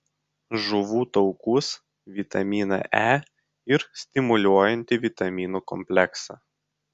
žuvų taukus vitaminą e ir stimuliuojantį vitaminų kompleksą